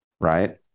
right